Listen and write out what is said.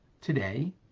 Today